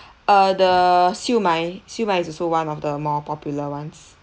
uh the siu mai siu mai is also one of the more popular ones